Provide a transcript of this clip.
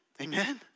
Amen